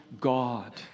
God